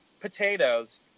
potatoes